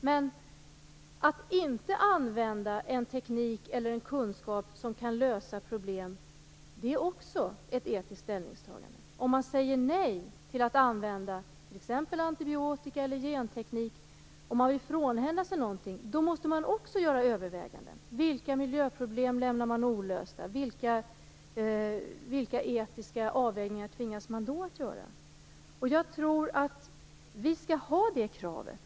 Men att inte använda en teknik eller kunskap som kan lösa problem är också ett etiskt ställningstagande. Om man säger nej till att använda t.ex. antibiotika eller genteknik, om man vill frånhända sig någonting, måste man också göra överväganden. Vilka miljöproblem lämnar man olösta? Vilka etiska avvägningar tvingas man då att göra? Jag tror att vi skall ha det kravet.